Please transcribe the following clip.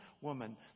woman